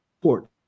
port